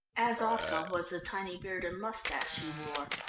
as also was the tiny beard and moustache he wore.